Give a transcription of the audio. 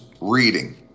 reading